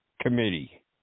committee